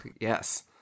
yes